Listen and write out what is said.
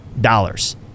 dollars